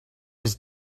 was